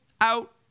out